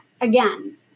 again